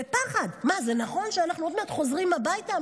זה נכון שאנחנו עוד מעט חוזרים הביתה?